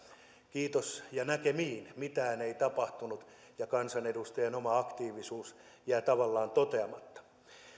kiitos ja näkemiin mitään ei tapahtunut ja kansanedustajan oma aktiivisuus jää tavallaan toteamatta